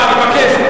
חמישה.